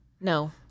no